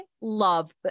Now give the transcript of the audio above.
love